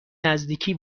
نزدیکی